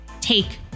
Take